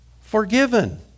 forgiven